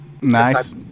Nice